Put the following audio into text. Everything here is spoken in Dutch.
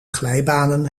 glijbanen